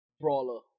Brawler